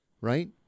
right